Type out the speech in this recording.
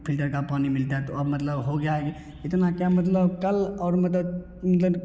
filter का पानी मिलता है तो अब मतलब हो गया है कि इतना क्या मतलब कल और मतलब ईंधन